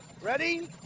Ready